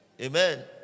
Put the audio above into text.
Amen